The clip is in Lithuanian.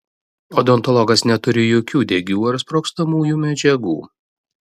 odontologas neturi jokių degių ar sprogstamųjų medžiagų